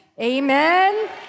amen